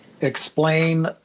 explain